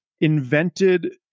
invented